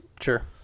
Sure